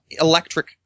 electric